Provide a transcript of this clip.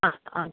അ ആ